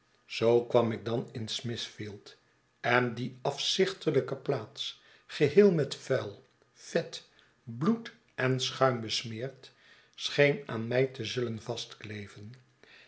zoo kwam ik dan in smithfield en die afzichtelijke plaats geheei met vuil vet bloed en schuim besmeerd l scheen aan mij te zuilen vastkleven